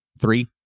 three